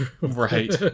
right